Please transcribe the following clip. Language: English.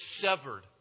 severed